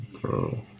Bro